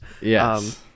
Yes